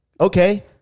okay